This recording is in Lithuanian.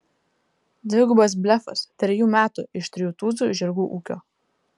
dvigubas blefas trejų metų iš trijų tūzų žirgų ūkio